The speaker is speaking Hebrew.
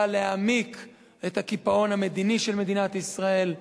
להעמיק את הקיפאון המדיני של מדינת ישראל,